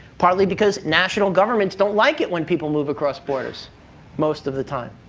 partly because national governments don't like it when people move across borders most of the time.